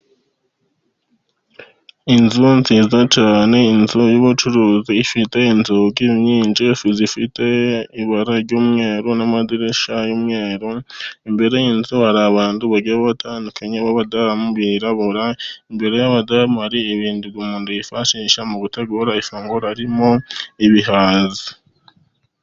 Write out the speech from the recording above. Inzu nziza cyane, inzu y'ubucuruzi ifite inzugi nyinshi zifite ibara ry'umweru n'amadirishya y'umweru. Imbere y'inzu hari abantu bagiye batandukanye b'abadamu birabura. Imbere y'abadamu hari ibintu umuntu yifashisha mu gutegura ifunguro harimo ibihaza.